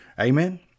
Amen